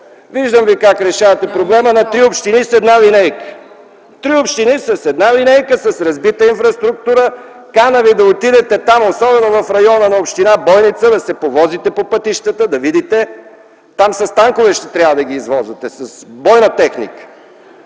Виждам Ви как решавате проблема на три общини с една линейка! Три общини с една линейка, с разбита инфраструктура! Каня да Ви да отидете там, в община Бойница, да се повозите по пътищата, да видите … Там с танкове ще трябва да ги извозвате, с бойна техника.